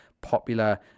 popular